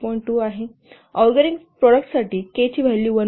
२ आहे ऑरगॅनिक प्रॉडक्टसाठी 'K' चे व्हॅल्यू 1